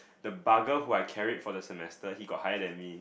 the bugger who I carried for the semester he got higher than me